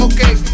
Okay